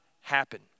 happen